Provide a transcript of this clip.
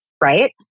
Right